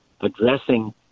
addressing